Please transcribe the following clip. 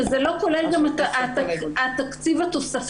שזה לא כולל גם את התקציב התוספתי,